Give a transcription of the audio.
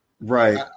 Right